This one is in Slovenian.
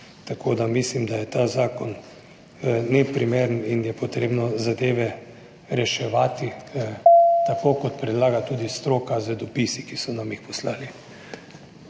učinka. Mislim, da je ta zakon neprimeren in je potrebno zadeve reševati tako, kot predlaga tudi stroka z dopisi, ki so nam jih poslali.